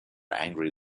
angry